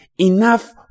enough